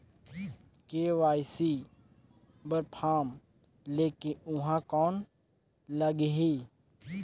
KYC बर form ले के ऊहां कौन लगही?